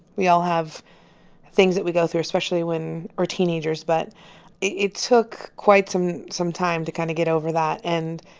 we all have things that we go through, especially when we're teenagers. but it took quite some some time to kind of get over that. and,